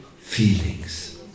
feelings